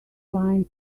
line